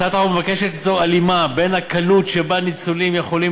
הצעת החוק מבקשת ליצור הלימה בין הקלות שבה ניצולים יכולים